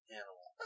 animal